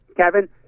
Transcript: Kevin